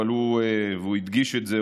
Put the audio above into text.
אבל הוא הדגיש את זה,